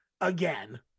again